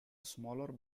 smaller